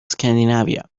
scandinavia